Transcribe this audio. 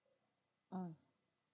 mm